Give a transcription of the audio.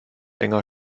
enger